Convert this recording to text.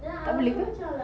tak boleh ke